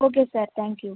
okay sir thank you